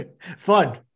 Fun